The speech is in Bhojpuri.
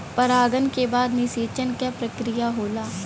परागन के बाद निषेचन क प्रक्रिया होला